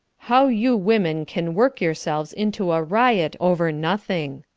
how you women can work yourselves into a riot over nothing.